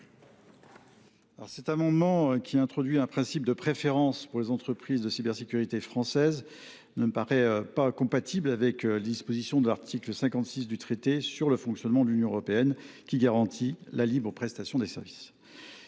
Cet amendement, qui tend à introduire un principe de préférence pour les entreprises de cybersécurité françaises, ne me paraît pas compatible avec les dispositions de l’article 56 du traité sur le fonctionnement de l’Union européenne, qui garantit la libre prestation de services.